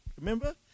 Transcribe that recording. Remember